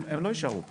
הם לא יישארו פה.